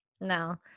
No